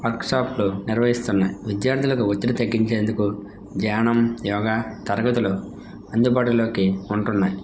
వర్క్షాప్లు నిర్వహిస్తున్నాయి విద్యార్థులకు ఒత్తిడి తగ్గించేందుకు ధ్యానం యోగా తరగతులు అందుబాటులోకి ఉంటున్నాయ్